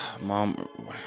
Mom